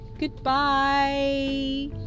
goodbye